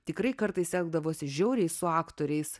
tikrai kartais elgdavosi žiauriai su aktoriais